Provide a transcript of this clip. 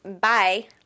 bye